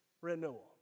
renewal